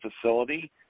facility